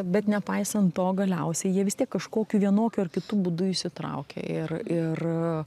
bet nepaisant to galiausiai jie vis tiek kažkokiu vienokiu ar kitu būdu įsitraukia ir ir